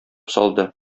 салды